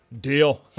Deal